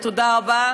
ותודה רבה.